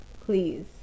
Please